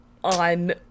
on